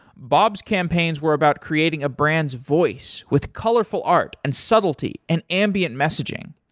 bob's campaigns were about creating a brand's voice with colorful art and subtlety and ambient messaging.